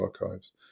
Archives